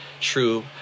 true